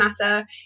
matter